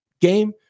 game